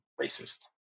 racist